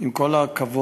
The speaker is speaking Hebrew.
עם כל הכבוד,